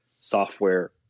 software